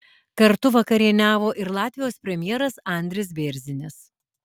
kartu vakarieniavo ir latvijos premjeras andris bėrzinis